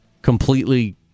Completely